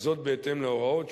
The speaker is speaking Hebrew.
וזאת בהתאם להוראות,